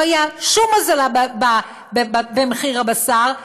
לא הייתה שום הורדה במחיר הבשר,